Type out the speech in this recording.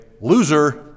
loser